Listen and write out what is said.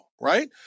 right